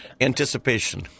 Anticipation